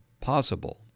possible